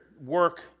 work